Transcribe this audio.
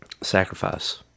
sacrifice